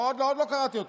לא, עוד לא קראתי אותו.